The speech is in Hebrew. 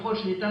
ככול שניתן,